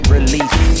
Release